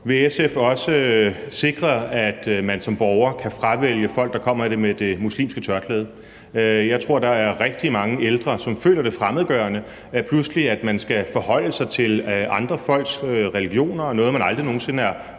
sikre, at man som borger kan fravælge folk, der kommer med det muslimske tørklæde? Jeg tror, der er rigtig mange ældre, som føler det fremmedgørende, at man pludselig skal forholde sig til andre folks religion og noget, som man aldrig nogen sinde er